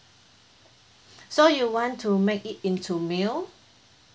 so you want to make it into meal